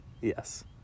Yes